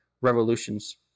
revolutions